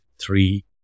three